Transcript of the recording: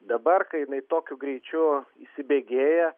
dabar kai jinai tokiu greičiu įsibėgėja